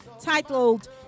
titled